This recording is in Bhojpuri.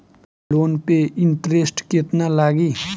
लोन पे इन्टरेस्ट केतना लागी?